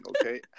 Okay